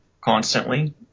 constantly